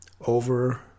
over